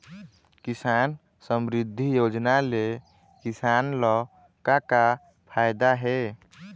किसान समरिद्धि योजना ले किसान ल का का फायदा हे?